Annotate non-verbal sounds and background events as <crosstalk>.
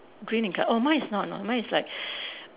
green in colour oh mine is not no mine is like <breath>